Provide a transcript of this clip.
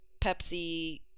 pepsi